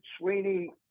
Sweeney